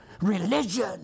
religion